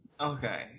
Okay